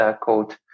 code